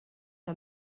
que